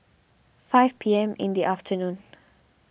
five P M in the afternoon